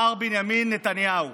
מר בנימין נתניהו,